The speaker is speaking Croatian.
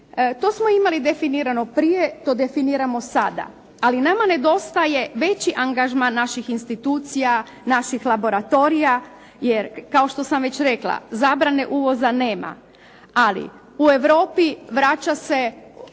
To smo imali definirano prije. To definiramo sada. Ali nama nedostaje veći angažman naših institucija, naših laboratorija. Jer kao što sam već rekla zabrane uvoza nema, ali u Europi vraća se